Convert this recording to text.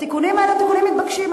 התיקונים האלה הם תיקונים מתבקשים.